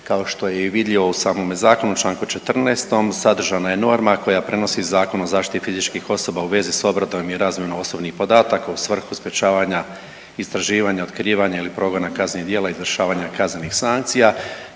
Kao što je i vidljivo u samome Zakonu u članku 14. sadržana je norma koja prenosi Zakon o zaštiti fizičkih osoba u vezi s obradom i razvojem osobnih podataka u svrhu sprječavanja istraživanja, otkrivanja ili progona kaznenih djela, izvršavanja kaznenih sankcija